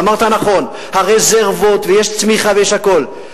ואמרת נכון, הרזרבות, ויש צמיחה ויש הכול.